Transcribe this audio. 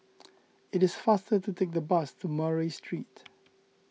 it is faster to take the bus to Murray Street